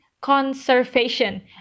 conservation